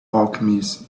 alchemist